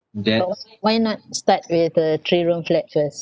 why not start with a three room flat first